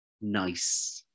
nice